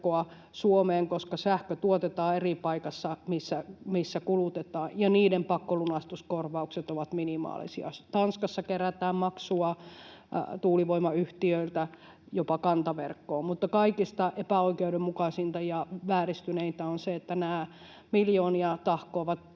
koska sähkö tuotetaan eri paikassa kuin kulutetaan — ja niiden pakkolunastuskorvaukset ovat minimaalisia. Tanskassa kerätään maksua tuulivoimayhtiöiltä jopa kantaverkkoon. Mutta kaikista epäoikeudenmukaisinta ja vääristyneintä on se, että nämä miljoonia tahkoavat